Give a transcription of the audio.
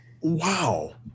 Wow